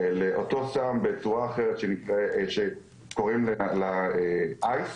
לאותו סם בצורה אחרת שקוראים לו 'אייס',